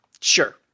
Sure